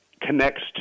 connects